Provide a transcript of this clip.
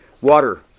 water